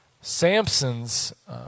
Samson's